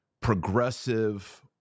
progressive